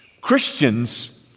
Christians